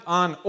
on